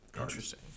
interesting